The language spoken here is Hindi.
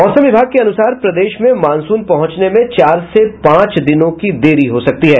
मौसम विभाग के अनुसार अब प्रदेश में मॉनसून पहुंचने में चार से पांच दिनों की देरी हो सकती है